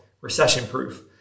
recession-proof